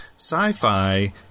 sci-fi